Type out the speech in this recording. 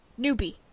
newbie